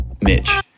Mitch